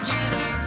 Jenny